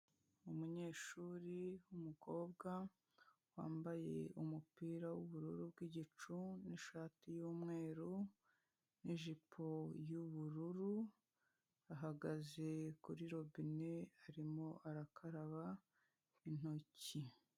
Umunyeshuri w'umukobwa wambaye umupira w'ubururu bw'igicu n'ishati y'umweru, n'ijipo y'ubururu, ahagaze kuri robine arimo arakaraba intoki.